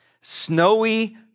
snowy